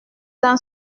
dans